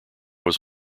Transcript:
was